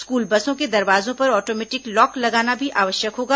school बसों के दरवाजों पर ऑटोमेटिक लॉक लगाना भी आवश्यक होगा